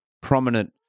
prominent